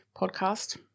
Podcast